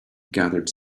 gathered